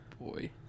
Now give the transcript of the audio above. boy